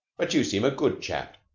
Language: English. but you seem a good chap,